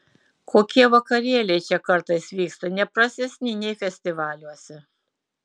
kokie vakarėliai čia kartais vyksta ne prastesni nei festivaliuose